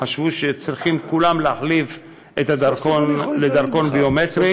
חשבו שצריכים כולם להחליף את הדרכון לדרכון ביומטרי,